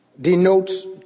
denotes